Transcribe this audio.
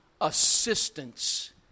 assistance